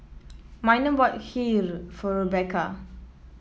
Miner bought Kheer for Rebekah